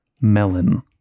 melon